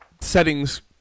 settings –